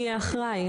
אישור